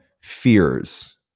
fears